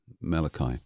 Malachi